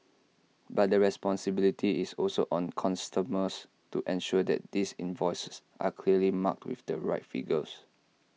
but the responsibility is also on customers to ensure that these invoices are clearly marked with the right figures